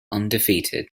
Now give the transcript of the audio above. undefeated